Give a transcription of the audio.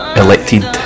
elected